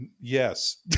yes